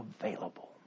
available